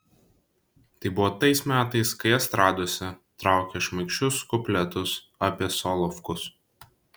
tai buvo tais metais kai estradose traukė šmaikščius kupletus apie solovkus